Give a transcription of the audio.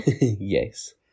Yes